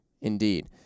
Indeed